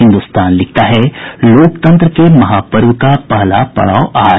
हिन्दुस्तान लिखता है लोकतंत्र के महापर्व का पहला पड़ाव आज